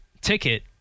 ticket